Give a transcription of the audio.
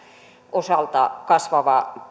osalta kasvava